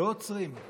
לא עוצרים.